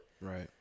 Right